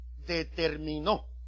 Determinó